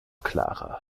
klarer